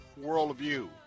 worldview